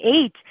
eight